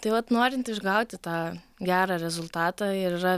tai vat norint išgauti tą gerą rezultatą ir yra